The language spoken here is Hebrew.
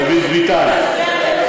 דוד ביטן,